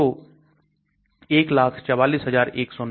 तो 144190